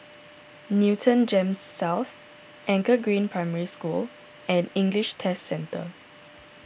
Newton Gems South Anchor Green Primary School and English Test Centre